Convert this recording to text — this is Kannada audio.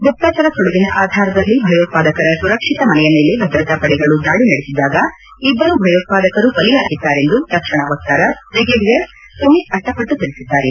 ಗುಪ್ತಚರ ಸುಳಿವಿನ ಆಧಾರದಲ್ಲಿ ಭಯೋತ್ಪಾದಕರ ಸುರಕ್ಷಿತ ಮನೆಯ ಮೇಲೆ ಭದ್ರತಾಪಡೆಗಳು ದಾಳಿ ನಡೆಸಿದಾಗ ಇಬ್ಬರು ಭಯೋತ್ಪಾದಕರು ಬಲಿಯಾಗಿದ್ದಾರೆಂದು ರಕ್ಷಣಾ ವಕ್ತಾರ ಬ್ರಿಗೇಡಿಯರ್ ಸುಮಿತ್ ಅಟ್ಟಪಟ್ಟು ತಿಳಿಸಿದ್ದಾರೆ